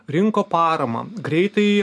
rinko paramą greitai